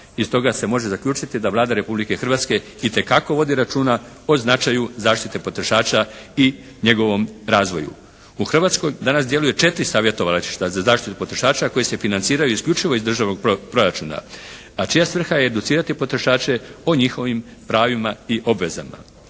Iz toga se može zaključiti da Vlada Republike Hrvatske itekako vodi računa o značaju zaštite potrošača i njegovom razvoju. U Hrvatskoj danas djeluje četiri Savjetovališta za zaštitu potrošača a koji se financiraju isključivo iz državnog proračuna, a čija svrha je educirati potrošače o njihovim pravima i obvezama.